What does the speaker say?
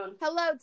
hello